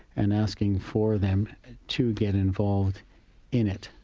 and asking for them to get involved in it.